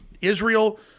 Israel